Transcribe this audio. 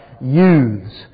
youths